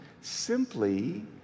simply